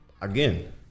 again